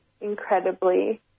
incredibly